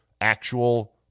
actual